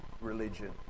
religion